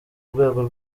rwego